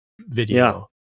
video